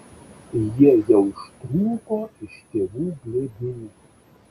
jie jau ištrūko iš tėvų glėbių